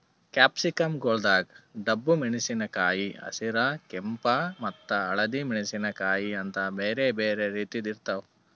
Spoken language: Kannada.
ಕ್ಯಾಪ್ಸಿಕಂ ಗೊಳ್ದಾಗ್ ಡಬ್ಬು ಮೆಣಸಿನಕಾಯಿ, ಹಸಿರ, ಕೆಂಪ ಮತ್ತ ಹಳದಿ ಮೆಣಸಿನಕಾಯಿ ಅಂತ್ ಬ್ಯಾರೆ ಬ್ಯಾರೆ ರೀತಿದ್ ಇರ್ತಾವ್